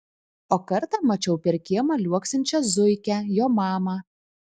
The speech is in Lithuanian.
o kartą mačiau per kiemą liuoksinčią zuikę jo mamą